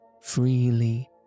Freely